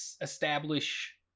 establish